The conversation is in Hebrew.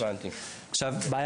זה נושא שנבדק גם אצלנו,